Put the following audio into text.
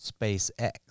SpaceX